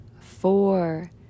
four